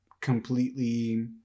completely